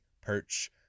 perch